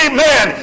Amen